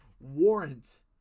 warrant